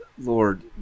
lord